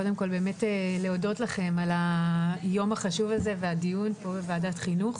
קודם כל באמת להודות לכם על היום החשוב הזה והדיון פה בוועדת החינוך.